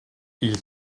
ils